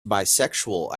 bisexual